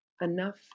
Enough